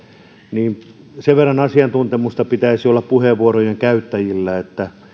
niin sen verran asiantuntemusta pitäisi olla puheenvuorojen käyttäjillä että